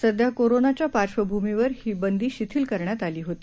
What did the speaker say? सध्या कोरोनाच्या पार्श्वभूमीवर ही बंदी शिथील करण्याता आली होती